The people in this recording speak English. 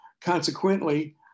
consequently